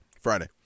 Friday